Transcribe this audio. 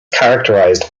characterized